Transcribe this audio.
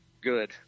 good